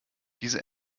diese